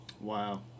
Wow